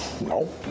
No